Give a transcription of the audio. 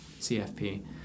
cfp